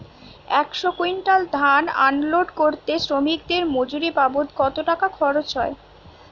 একশো কুইন্টাল ধান আনলোড করতে শ্রমিকের মজুরি বাবদ কত টাকা খরচ হয়?